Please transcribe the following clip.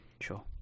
sure